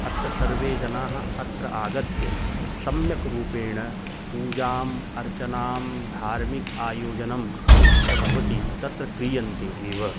अत्र सर्वे जनाः अत्र आगत्य सम्यक् रूपेण पूजाम् अर्चनां धार्मिकायोजनं च भवति तत्र क्रियन्ते एव